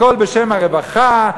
הכול בשם הרווחה,